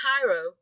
Cairo